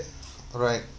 right